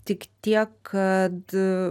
tik tiek kad